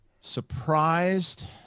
Surprised